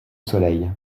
soleil